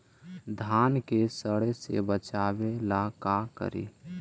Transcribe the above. धान के सड़े से बचाबे ला का करि?